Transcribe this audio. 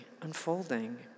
unfolding